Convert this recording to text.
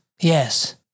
Yes